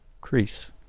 crease